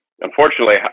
unfortunately